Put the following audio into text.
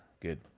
good